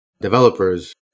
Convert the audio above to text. developers